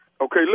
Okay